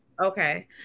Okay